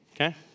okay